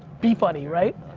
be funny right?